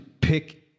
pick